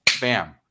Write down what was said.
bam